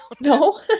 No